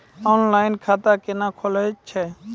Online खाता केना खुलै छै?